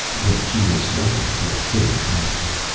but she was struggling to a sitting posture.